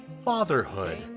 fatherhood